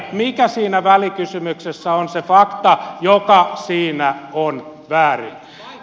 mikä siinä välikysymyksessä on se fakta joka siinä on väärin